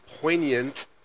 poignant